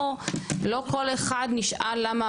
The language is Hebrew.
לא כל אחד נשאל למה,